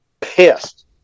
pissed